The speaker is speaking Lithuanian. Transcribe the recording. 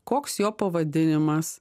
koks jo pavadinimas